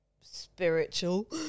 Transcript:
spiritual